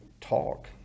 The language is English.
talk